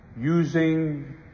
using